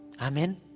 Amen